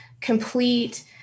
complete